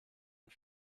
und